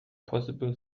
possible